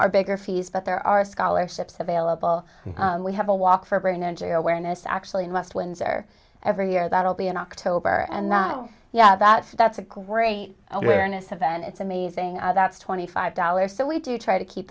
are bigger fees but there are scholarships available and we have a walk for brain injury awareness actually in west windsor every year that will be in october and not yeah that that's a great awareness event it's amazing that's twenty five dollars so we do try to keep